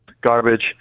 garbage